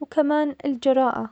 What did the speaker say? وكمان الجراءة.